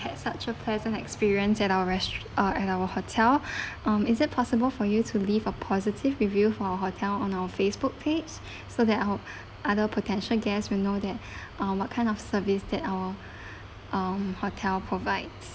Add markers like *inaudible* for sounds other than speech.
had such a pleasant experience at our rest~ uh at our hotel *breath* um is it possible for you to leave a positive review for our hotel on our Facebook page so that I hope other potential guests will know that *breath* uh what kind of service that our *breath* um hotel provides